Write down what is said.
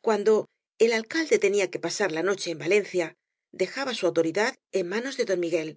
cuando el alcalde tenía que pasar la noche en valencia dejaba eu autoridad en manos de don miguel